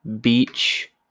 beach